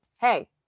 Hey